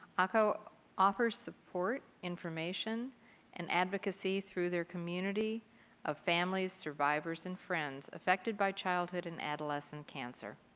acco offers support, information and advocacy through their community of families, survivors, and friends affected by childhood and adolescent cancer.